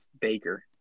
Baker